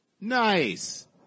Nice